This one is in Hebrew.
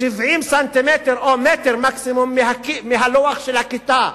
70 סנטימטר, או מטר מקסימום, מהלוח של הכיתה.